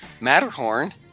Matterhorn